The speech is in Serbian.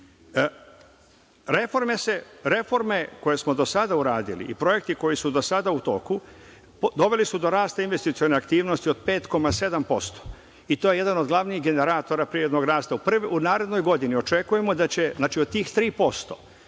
Srbije. Reforme koje smo do sada uradili i projekti koji su do sada u toku, doveli su do rasta investicione aktivnosti od 5,7% i to je jedan od glavnih generatora privrednog rasta. U narednoj godini očekujemo da će, znači od tih 3%,